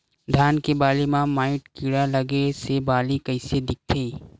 धान के बालि म माईट कीड़ा लगे से बालि कइसे दिखथे?